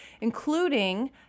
including